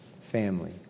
family